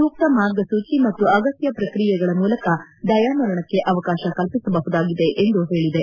ಸೂಕ್ತ ಮಾರ್ಗಸೂಚಿ ಮತ್ತು ಅಗತ್ಯ ಪ್ರಕ್ರಿಯೆಗಳ ಮೂಲಕ ದಯಾಮರಣಕ್ಕೆ ಅವಕಾಶ ಕಲ್ಪಿಸಬಹುದಾಗಿದೆ ಎಂದು ಹೇಳಿದೆ